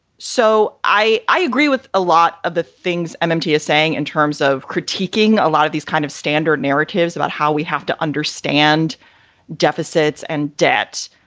so i i agree with a lot of the things and mmt is saying in terms of critiquing a lot of these kind of standard narratives about how we have to understand deficits and debts.